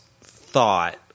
thought